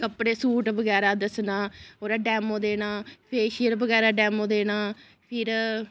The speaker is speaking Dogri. अपने सूट बगैरा दस्सने फही डैमो देना फेशियल बगैरा डैमो देना फिर